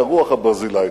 את הרוח הברזילאית.